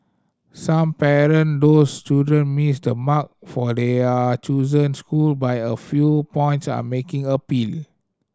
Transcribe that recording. some parent those children missed the mark for their chosen school by a few points are making appeal